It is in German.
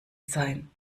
sein